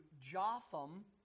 Jotham